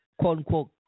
quote-unquote